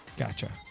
gotcha.